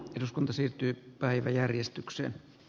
eduskunta siirtyi päiväjärjestykseen